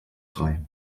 frei